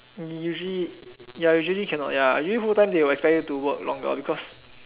usually ya usually cannot ya usually full time they will expect you to work longer cause